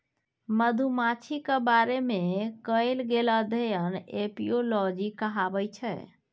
मधुमाछीक बारे मे कएल गेल अध्ययन एपियोलाँजी कहाबै छै